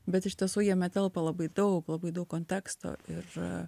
bet iš tiesų jame telpa labai daug labai daug konteksto ir